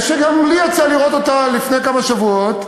שגם לי יצא לראות אותה לפני כמה שבועות,